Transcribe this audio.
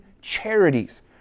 charities